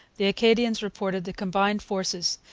the acadians reported the combined forces,